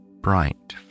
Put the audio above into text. bright